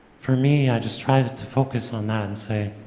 for me, i just try to focus on that and say,